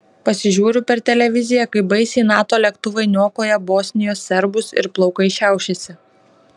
pasižiūriu per televiziją kaip baisiai nato lėktuvai niokoja bosnijos serbus ir plaukai šiaušiasi